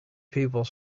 people